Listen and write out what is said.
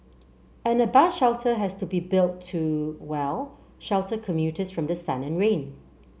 and a bus shelter has to be built to well shelter commuters from the sun and rain